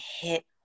hit